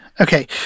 Okay